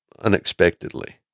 Unexpectedly